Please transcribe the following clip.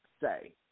say